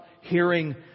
hearing